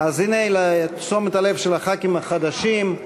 אז לתשומת הלב של חברי הכנסת החדשים,